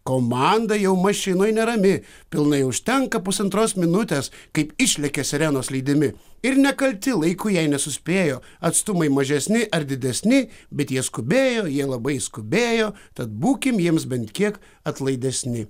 komanda jau mašinoj nerami pilnai užtenka pusantros minutės kaip išlekia sirenos lydimi ir nekalti laiku jei nesuspėjo atstumai mažesni ar didesni bet jie skubėjo jie labai skubėjo tad būkim jiems bent kiek atlaidesni